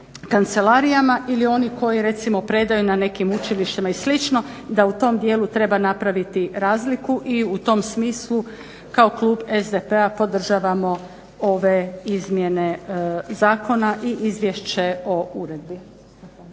kancelarijama ili oni koji recimo predaju na nekim učilištima i slično, da u tom dijelu treba napraviti razliku i u tom smislu kao klub SDP-a podržavamo ove izmjene zakona i izvješće o uredbi.